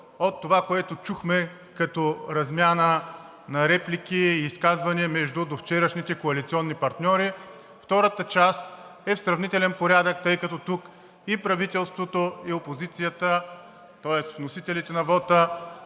от това, което чухме като размяна на реплики и изказвания между довчерашните коалиционни партньори. Втората част е в сравнителен порядък, тъй като тук и правителството, и опозицията, тоест вносителите на вота,